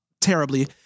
terribly